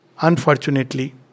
Unfortunately